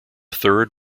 third